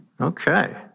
Okay